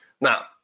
Now